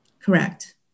Correct